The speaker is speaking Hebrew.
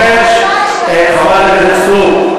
אנחנו משלמים את זה מהכיס שלנו.